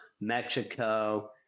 Mexico